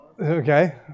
Okay